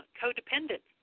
codependent